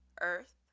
Earth